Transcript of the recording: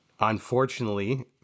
Unfortunately